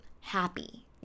happy